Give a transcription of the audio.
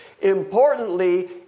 Importantly